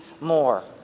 more